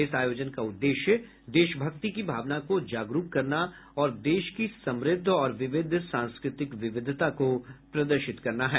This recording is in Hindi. इस आयोजन का उद्देश्य देशभक्ति की भावना को जागरूक करना और देश की समृद्ध और विविध सांस्कृतिक विविधता को प्रदर्शित करना है